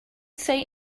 say